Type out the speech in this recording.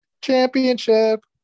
championship